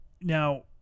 Now